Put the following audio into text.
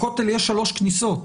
לכותל יש שלוש כניסות,